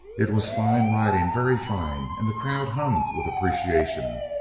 it was fine riding, very fine and the crowd hummed with appreciation.